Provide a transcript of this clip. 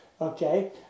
Okay